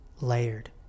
layered